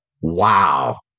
wow